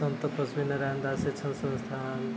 सन्त लक्ष्मी नारायण दास शैक्षणिक संस्थान